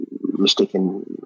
mistaken